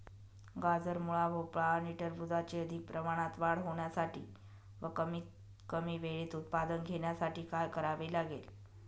गाजर, मुळा, भोपळा आणि टरबूजाची अधिक प्रमाणात वाढ होण्यासाठी व कमीत कमी वेळेत उत्पादन घेण्यासाठी काय करावे लागेल?